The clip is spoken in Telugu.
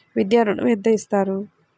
విద్యా ఋణం ఎంత ఇస్తారు?